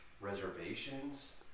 reservations